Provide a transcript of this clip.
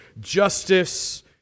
justice